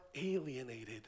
alienated